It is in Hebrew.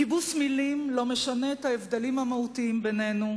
כיבוס מלים לא משנה את ההבדלים המהותיים בינינו,